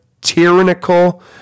tyrannical